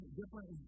different